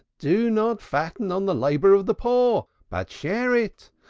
do not fatten on the labor of the poor, but share it.